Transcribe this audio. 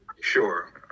Sure